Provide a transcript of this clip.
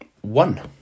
one